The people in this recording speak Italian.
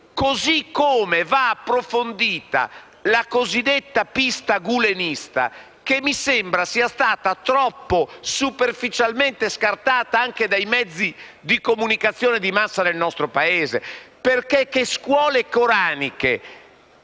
tempo, va approfondita la cosiddetta pista gulenista, che mi sembra sia stata troppo superficialmente scartata anche dai mezzi di comunicazione di massa del nostro Paese. Che scuole coraniche